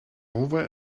over